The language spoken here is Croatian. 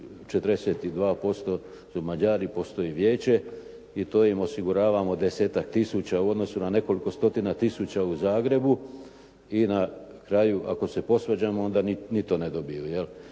42% su Mađari. Postoji vijeće i to im osiguravamo desetak tisuća u odnosu na nekoliko stotina tisuća u Zagrebu i na kraju ako se posvađamo onda ni to ne dobiju.